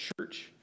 church